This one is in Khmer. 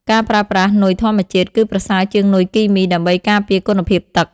ការប្រើប្រាស់ នុយធម្មជាតិ គឺប្រសើរជាងនុយគីមី ដើម្បីការពារគុណភាពទឹក។